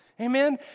Amen